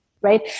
right